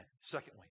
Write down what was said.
Secondly